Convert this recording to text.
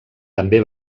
també